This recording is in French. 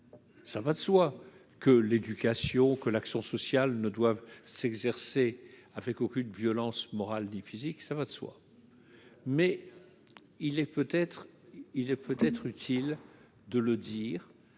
ça va de soi que l'éducation que l'action sociale ne doivent s'exercer afin qu'aucune violence morale ni physique, ça va de soi, mais il est peut-être il est